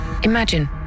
Imagine